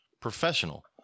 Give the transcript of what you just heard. professional